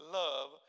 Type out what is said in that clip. love